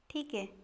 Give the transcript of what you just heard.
ठीक आहे